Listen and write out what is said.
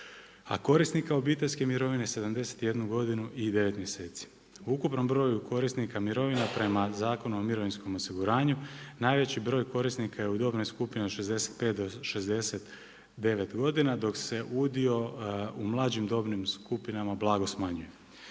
a korisnika obiteljske mirovine 71 godinu i 9 mjeseci. U ukupnom broju korisnika mirovina prema Zakonu o mirovinskom osiguranju, najveći broj korisnika je u dobnoj skupini 65 do 69 godina, dok se udio u mlađim dobnim skupinama blago smanjuju.